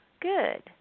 good